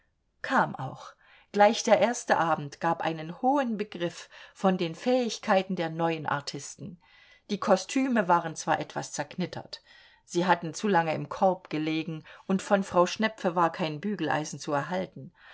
kam auch gleich der erste abend gab einen hohen begriff von den fähigkeiten der neuen artisten die kostüme waren zwar etwas zerknittert sie hatten zu lange im korb gelegen und von frau schnepfe war kein bügeleisen zu erhalten